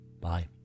Bye